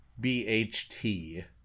BHT